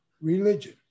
religion